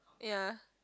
ya